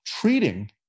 treating